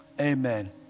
Amen